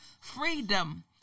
freedom